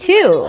Two